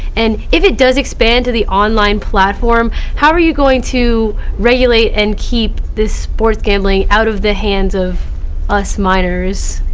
and if it does expand to the online platform, how are you going to regulate and keep this sports gambling out of the hands of us minors?